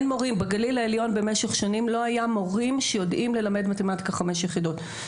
בגליל העליון במשך שנים לא היו מורים שידעו ללמד מתמטיקה חמש יחידות.